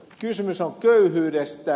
kysymys on köyhyydestä